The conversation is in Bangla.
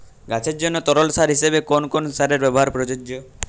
গাছের জন্য তরল সার হিসেবে কোন কোন সারের ব্যাবহার প্রযোজ্য?